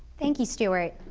thank you stewart.